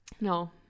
No